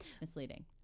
Misleading